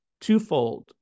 twofold